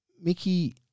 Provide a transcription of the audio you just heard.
Mickey